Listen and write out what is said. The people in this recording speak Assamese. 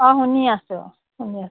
অঁ শুনি আছোঁ শুনি আ